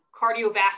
cardiovascular